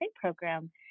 program